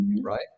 right